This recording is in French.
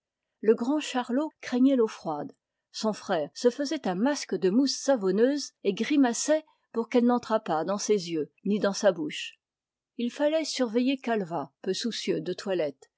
le grand charlot craignait l'eau froide son frère se faisait un masque de mousse savonneuse et grimaçait pour qu'elle n'entrât pas dans ses yeux ni dans sa bouche il fallait surveiller calvat peu soucieux de toilette